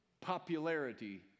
popularity